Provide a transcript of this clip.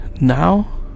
now